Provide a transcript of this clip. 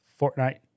Fortnite